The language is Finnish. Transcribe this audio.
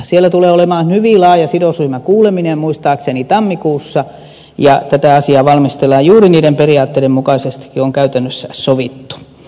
siellä tulee olemaan hyvin laaja sidosryhmäkuuleminen muistaakseni tammikuussa ja tätä asiaa valmistellaan juuri niiden periaatteiden mukaisesti jotka on käytännössä sovittu